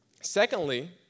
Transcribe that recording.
secondly